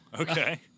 okay